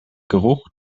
geruch